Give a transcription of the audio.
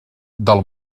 del